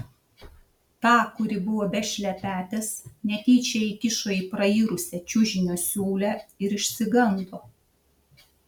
tą kuri buvo be šlepetės netyčia įkišo į prairusią čiužinio siūlę ir išsigando